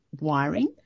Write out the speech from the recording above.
wiring